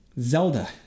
Zelda